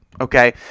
Okay